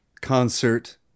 concert